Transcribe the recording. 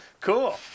Cool